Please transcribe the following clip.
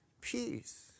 peace